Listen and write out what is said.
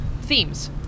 Themes